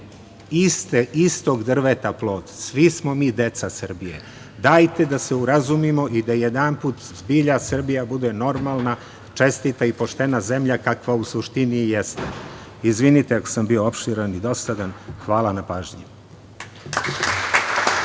svi istog drveta plod, svi smo mi deca Srbije. Dajte da se urazumimo i da jedanput zbilja Srbija bude normalna, čestita i poštena zemlja kakva u suštini jeste. Izvinite ako sam bio opširan i dosadan. Hvala na pažnji.